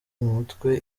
mutwe